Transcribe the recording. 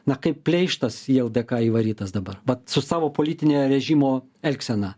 na kaip pleištas į ldk įvarytas dabar pat su savo politine režimo elgsena